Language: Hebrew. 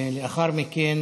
ולאחר מכן